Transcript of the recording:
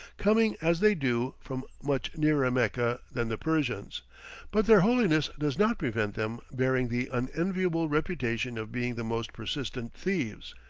coming, as they do, from much nearer mecca than the persians but their holiness does not prevent them bearing the unenviable reputation of being the most persistent thieves.